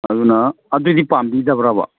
ꯑꯗꯨꯅ ꯑꯗꯨꯗꯤ ꯄꯥꯝꯕꯤꯗꯕ꯭ꯔꯕ